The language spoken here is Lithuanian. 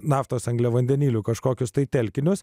naftos angliavandenilių kažkokius tai telkinius